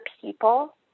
people